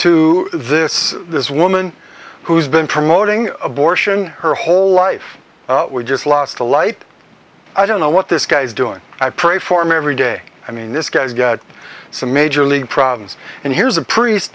to this this woman who's been promoting abortion her whole life we just lost a light i don't know what this guy's doing i pray for him every day i mean this guy has got some major league problems and here's a priest